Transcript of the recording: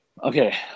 Okay